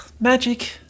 magic